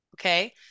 Okay